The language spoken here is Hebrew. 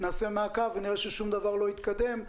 נעשה מעקב ונראה ששום דבר לא התקדם.